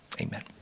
Amen